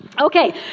Okay